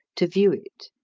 to view it.